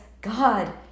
god